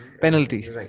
penalties